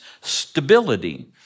stability